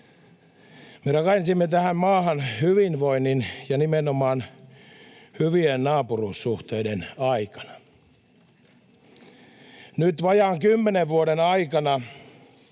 Me rakensimme tähän maahan hyvinvoinnin — ja nimenomaan hyvien naapuruussuhteiden aikana. Nyt vajaan kymmenen vuoden aikana